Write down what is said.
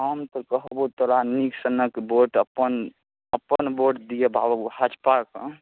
हम तऽ कहबौ तोरा नीक सनक वोट अपन अपन वोट दिअ बाबू भाजपाके